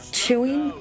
chewing